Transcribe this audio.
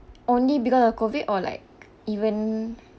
only because of COVID or like even